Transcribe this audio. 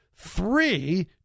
three